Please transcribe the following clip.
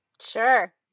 Sure